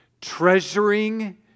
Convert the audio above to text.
Treasuring